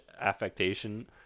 affectation